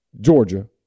Georgia